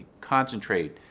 concentrate